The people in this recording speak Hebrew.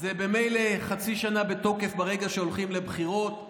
זה ממילא חצי שנה בתוקף ברגע שהולכים לבחירות,